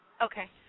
Okay